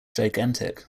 gigantic